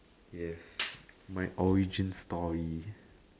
yes my origin story